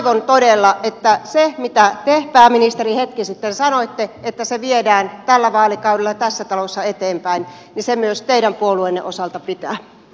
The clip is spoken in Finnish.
toivon todella että se mitä te pääministeri hetki sitten sanoitte että se viedään tällä vaalikaudella tässä talossa eteenpäin myös teidän puolueenne osalta pitää